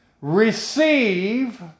receive